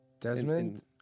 Desmond